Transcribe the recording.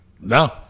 no